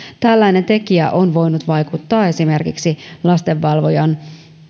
tällainen tekijä on voinut vaikuttaa esimerkiksi lastenvalvojan